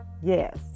yes